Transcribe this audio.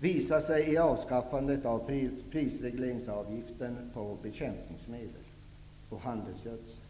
visar sig i avskaffandet av prisregleringsavgiften på bekämpningsmedel och handelsgödsel.